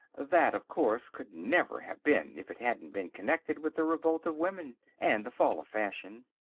that, of course, could never have been if it hadn't been connected with the revolt of women and the fall of fashion.